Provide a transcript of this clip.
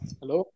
Hello